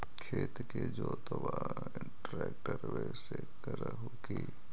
खेत के जोतबा ट्रकटर्बे से कर हू की?